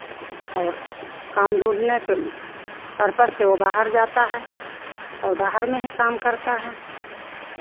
और काम ढूंढने के पर्पस से वो बाहर जाता है और बाहर में ही काम करता है